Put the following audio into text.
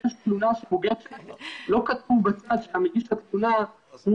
שכשיש תלונה --- לא כתוב שמגיש התלונה הוא